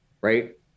right